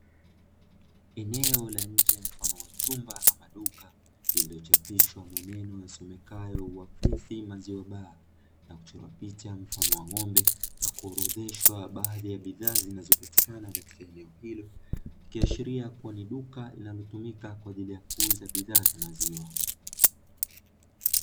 Eneo la nje mfano wa chumba ama duka lililochapishwa maneno yasomekayo "Wafethi maziwa baa" na kuchorwa picha mfano wa ng'ombe, na kuorodheshwa baadhi ya bidhaa zinazopatikana eneo hilo; ikiashiria ni duka linalotumika kuuza bidhaa za maziwa.